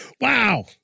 Wow